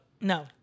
no